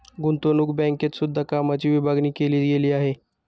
गुतंवणूक बँकेत सुद्धा कामाची विभागणी केली गेली आहे